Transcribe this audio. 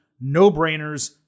no-brainers